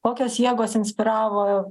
kokios jėgos inspiravo